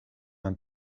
aan